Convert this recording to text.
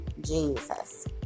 Jesus